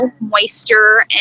moisture